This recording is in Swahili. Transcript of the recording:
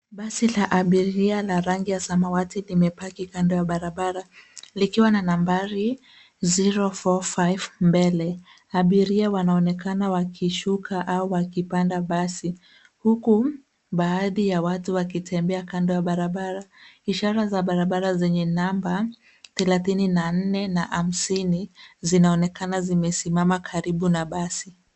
Basi la abiria la rangi ya samawati limepaki kando ya barabara likiwa na nambari zero four five mbele. Abiria wanaonekana wakishuka au wakipanda basi, huku baadhi ya watu wakitembea kando ya barabara. Ishara za barabara zenye namba thelathini na nne na hamsini zinaonekana zimesimama karibu na basi.